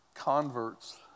Converts